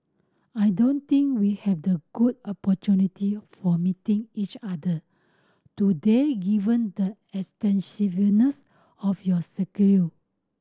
I don't think we had the good opportunity for meeting each other today given the extensiveness of your